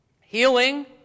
healing